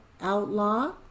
outlaw